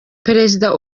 perezida